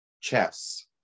chess